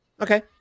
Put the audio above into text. Okay